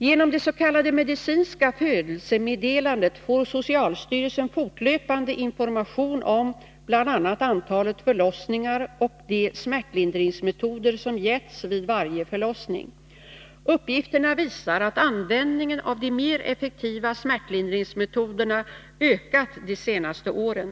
Genom det s.k. medicinska födelsemeddelandet får socialstyrelsen fortlöpande information om bl.a. antalet förlossningar och de smärtlindringsmetoder som använts vid varje förlossning. Uppgifterna visar att användningen av de mer effektiva smärtlindringsmetoderna ökat de senaste åren.